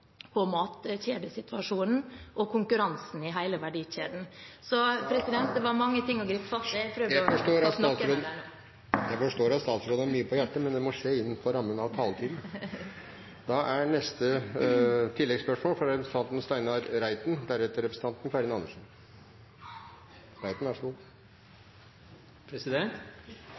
på mat. Det er derfor det er viktig å ta tak i matkjedesituasjonen og konkurransen i hele verdikjeden. Det var mange ting å gripe fatt i, men jeg har prøvd å ta noen av dem nå. Jeg forstår at statsråden har mye på hjertet, men det må skje innenfor rammen av taletiden. Steinar Reiten